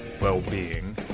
well-being